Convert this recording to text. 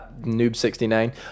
Noob69